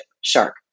shark